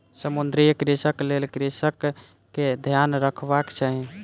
समुद्रीय कृषिक लेल कृषक के ध्यान रखबाक चाही